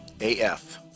AF